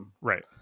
Right